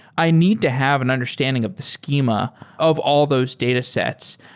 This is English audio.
i need to have an understanding of the schema of all those datasets.